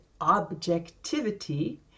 objectivity